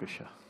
בבקשה.